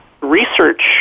research